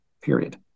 period